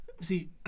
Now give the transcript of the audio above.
see